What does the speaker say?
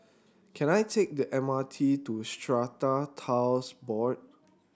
can I take the M R T to Strata Titles Board